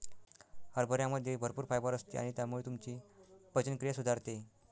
हरभऱ्यामध्ये भरपूर फायबर असते आणि त्यामुळे तुमची पचनक्रिया सुधारते